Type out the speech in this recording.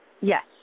yes